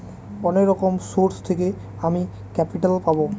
অনেক রকম সোর্স থেকে আমি ক্যাপিটাল পাবো